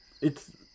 It's-